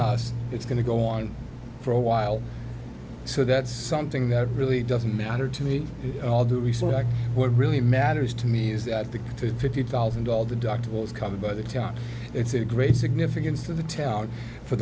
us it's going to go on for a while so that's something that really doesn't matter to me all due respect what the matters to me is that the two fifty thousand dollars the doctor was coming by the time it's a great significance to the town for